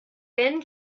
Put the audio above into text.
then